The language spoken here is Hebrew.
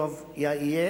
יהיה